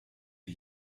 did